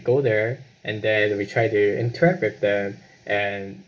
go there and then when we try to interact with them and